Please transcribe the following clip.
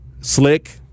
Slick